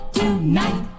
tonight